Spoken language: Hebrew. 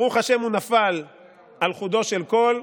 ברוך השם, הוא נפל על חודו של קול,